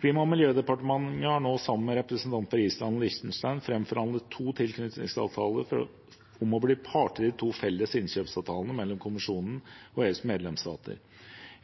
Klima- og miljødepartementet har nå sammen med representanter fra Island og Liechtenstein framforhandlet to tilknytningsavtaler om å bli parter i de to felles innkjøpsavtalene mellom Kommisjonen og EUs medlemsstater.